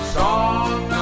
song